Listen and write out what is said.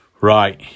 Right